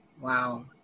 Wow